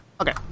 Okay